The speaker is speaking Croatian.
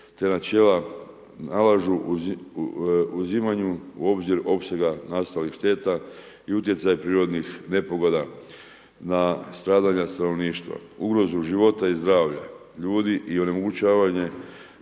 te načela nalažu uzimanje u obzir opsega nastalih šteta i utjecaj prirodnih nepogoda na stradanja stanovništva, ugrozu života i zdravlja ljudi i onemogućavanje